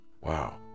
Wow